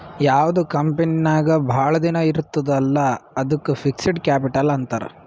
ಯಾವ್ದು ಕಂಪನಿ ನಾಗ್ ಭಾಳ ದಿನ ಇರ್ತುದ್ ಅಲ್ಲಾ ಅದ್ದುಕ್ ಫಿಕ್ಸಡ್ ಕ್ಯಾಪಿಟಲ್ ಅಂತಾರ್